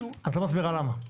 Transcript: את לא מסבירה למה.